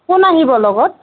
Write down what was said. কোন আহিব লগত